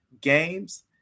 games